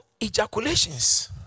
ejaculations